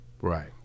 right